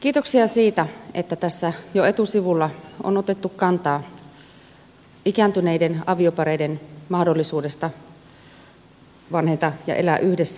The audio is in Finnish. kiitoksia siitä että tässä jo etusivulla on otettu kantaa ikääntyneiden avioparien mahdollisuuteen vanheta ja elää yhdessä